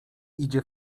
idzie